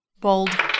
Bold